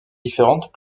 différentes